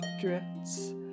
drifts